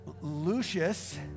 Lucius